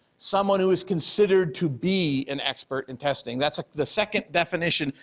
someone who is considered to be an expert in testing, that's the second definition,